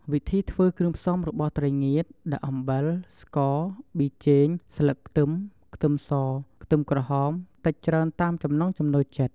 វិធីធ្វើគ្រឿងផ្សំរបស់ត្រីងៀតដាក់អំបិល ស្ករ ប៊ីចេង ស្លឹកខ្ទឹម ខ្ទឹមស ខ្ទឹមក្រហមតិចច្រើនតាមចំណង់ចំណូលចិត្ត។